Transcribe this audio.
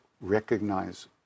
recognize